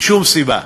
אין שום סיבה.